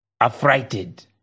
Affrighted